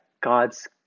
God's